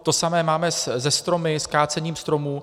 To samé máme se stromy, s kácením stromů.